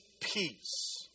peace